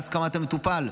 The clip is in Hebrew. להסכמת המטופל,